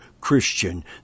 Christian